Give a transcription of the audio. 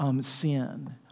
Sin